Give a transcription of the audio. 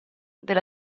della